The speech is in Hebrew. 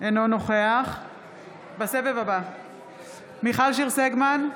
אינו נוכח מיכל שיר סגמן,